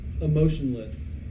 emotionless